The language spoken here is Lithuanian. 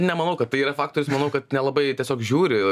nemanau kad tai yra faktorius manau kad nelabai tiesiog žiūri